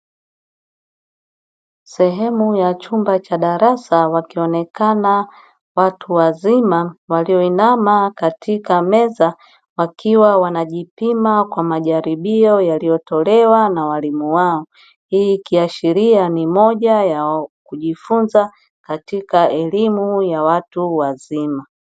Sehemu ya chumba cha darasa, wakionekana watu wazima walioinama katika meza. Wakiwa wanajipima kwa majaribio yaliyotolewa na walimu wao. Hii ikiashiria ni moja ya kujifunza, katika elimu ya watu wazima.